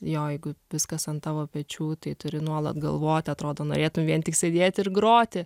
jo jeigu viskas ant tavo pečių tai turi nuolat galvoti atrodo norėtum vien tik sėdėti ir groti